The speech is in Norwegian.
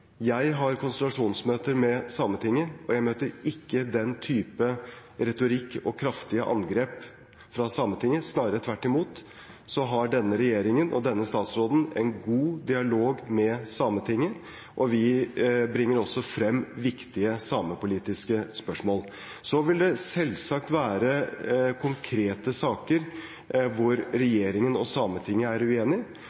Jeg har konsultasjonsmøter med Sametinget, og jeg møter ikke den typen retorikk og kraftige angrep fra Sametinget, snarere tvert imot har denne regjeringen og denne statsråden en god dialog med Sametinget, og vi bringer også frem viktige samepolitiske spørsmål. Så vil det selvsagt være konkrete saker hvor